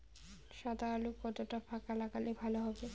সাদা আলু কতটা ফাকা লাগলে ভালো হবে?